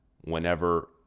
whenever